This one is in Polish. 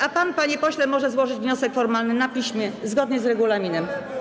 A pan, panie pośle, może złożyć wniosek formalny na piśmie zgodnie z regulaminem.